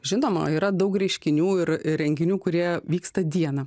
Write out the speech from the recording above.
žinoma daug reiškinių ir renginių kurie vyksta dieną